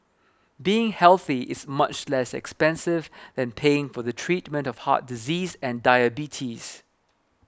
being healthy is much less expensive than paying for the treatment of heart disease and diabetes